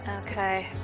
Okay